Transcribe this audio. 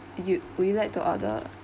you would you like to order